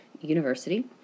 university